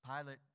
Pilate